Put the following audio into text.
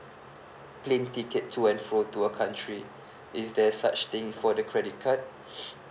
plane ticket to and fro to a country is there such thing for the credit card